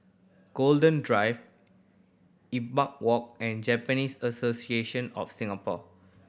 Golden Drive Imbiah Walk and Japanese Association of Singapore